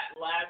last